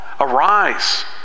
Arise